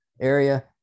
area